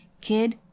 Kid